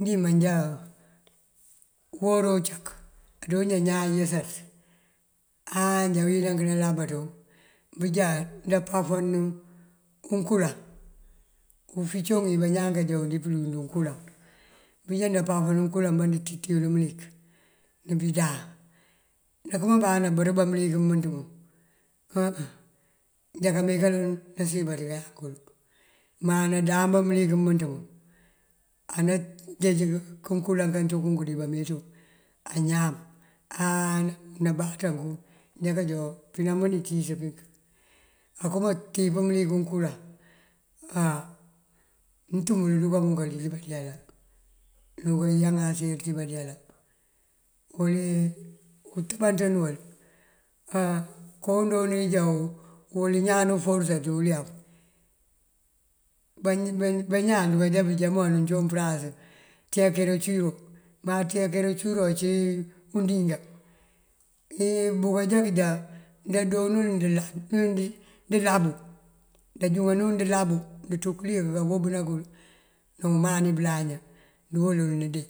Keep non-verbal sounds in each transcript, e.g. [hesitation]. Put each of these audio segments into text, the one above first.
Njí manjá uwoora bëcak ajoonjá ñaan yësaţ áa njá wínank nalabaţawu bujá ndapáfan nul unkulaŋ, ufincoŋ wí bañaan kajo wul dí pulund unkulaŋ. Bujá ndapáfan nul ukulaŋ ndabunţúţí yul ná mëlik ná bídáan. Ndakëman bá anabër bá mëlik bëmënţ bun á njá këmee kaloŋ nasiyën baţí yank wul. Má nadáan bá mëlik bëmënţ mun anajeej kunkulaŋ wan cí kunk dí bameeţú kul añam áa nabáaţanku njá kajoo pínamooj tíis pink. Akëma ţíj mëlik unkulaŋ á muntum mul rukan bun kalil pëñal duka já náanţe kí bandeela. [unintelligible] utëbanţën wul á [hesitation] koo joonun wí já uwël ñaan ţí ulef, [unintelligible] bañaan dukajá bujá koowan cúun përasá cekereţiyo, má cekereţíyo ací undiŋa. [hesitation] Te bukajá bujá doonul ndëlabu, nda júŋarul ndëlabu ndëţú këliyëk kabofëna kul ná umani bëlañu ndëwëlul nëdee.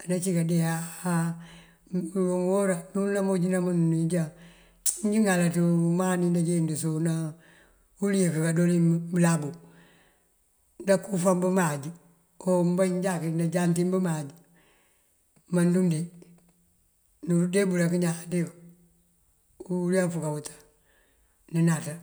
Anací kadee áa ngëloŋ uwora nul namooj nëmënţ nun nunjá [noise] njí ŋalaţ umani wí ndajeenk ndasoŋëna uliyëk kadooliŋ bëlabu. Ndakufáam dul bëmáaj o banjákiŋ ndajatin bëmáaj nandudee. Nandudee bul akëjá këndee uleful këwëtan nunáaţa.